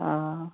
آ